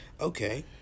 Okay